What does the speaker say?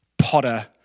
Potter